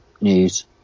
news